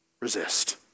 Resist